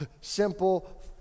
simple